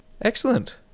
excellent